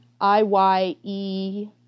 I-Y-E